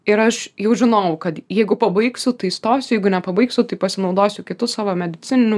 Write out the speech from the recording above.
ir aš jau žinojau kad jeigu pabaigsiu tai stosiu jeigu nepabaigsiu tai pasinaudosiu kitu savo medicininiu